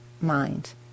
mind